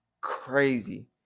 crazy